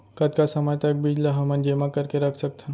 कतका समय तक बीज ला हमन जेमा करके रख सकथन?